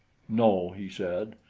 no, he said,